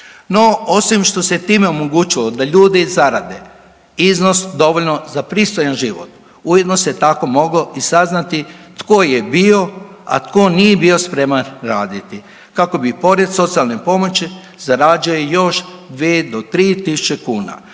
No osim što se time omogućilo da ljudi zarade iznos dovoljno za pristojan život ujedno se tako moglo i saznati tko je bio, a tko nije bio spreman raditi kako bi i pored socijalne pomoći zarađuje još dvije do tri tisuće kuna,